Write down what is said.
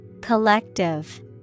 Collective